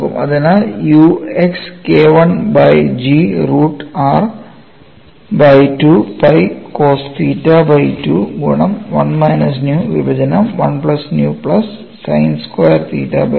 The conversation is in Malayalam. അതിനാൽ UX KI by G root r by 2 pi cos theta by 2 ഗുണം 1 മൈനസ് ന്യൂ വിഭജനം 1 plus nu plus sine square theta by 2